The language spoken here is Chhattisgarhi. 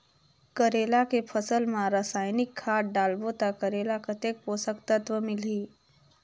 करेला के फसल मा रसायनिक खाद डालबो ता करेला कतेक पोषक तत्व मिलही?